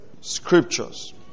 Scriptures